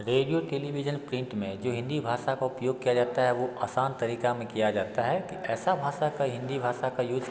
radio television print में जो हिंदी भाषा का उपयोग किया जाता है वो आसान तरीक़े में किया जाता है कि ऐसा भाषा का हिंदी भाषा यूज़